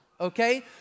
okay